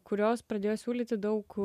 kurios pradėjo siūlyti daug